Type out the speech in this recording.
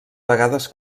vegades